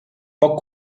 poc